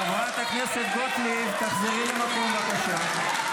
חברת הכנסת גוטליב, תחזרי למקום, בבקשה.